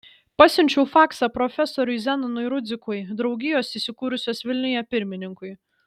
pasiunčiau faksą profesoriui zenonui rudzikui draugijos įsikūrusios vilniuje pirmininkui